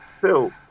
Phil